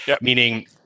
Meaning